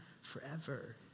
forever